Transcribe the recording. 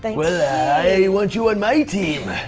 and well, i want you on my team.